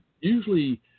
Usually